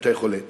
ואת היכולת